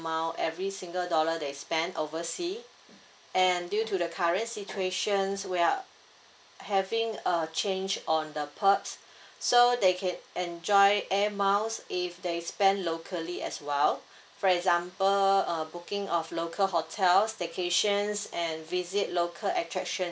every single dollar they spent oversea and due to the current situation we're having a change on the perks so they can enjoy air miles if they spent locally as well for example uh booking of local hotel staycations and visit local attractions